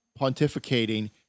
pontificating